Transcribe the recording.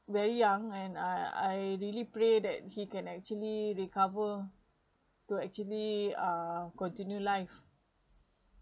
very young and I I really pray that he can actually recover to actually uh continue life